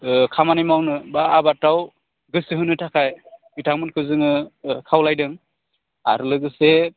खामानि मावनो बा आबादाव गोसो होनो थाखाय बिथांमोनखौ जोङो खावलायदों आरो लोगोसे